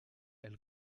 elle